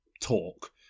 talk